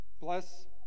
bless